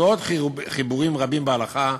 ועוד חיבורים רבים בהלכה,